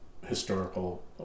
historical